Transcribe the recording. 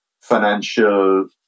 financial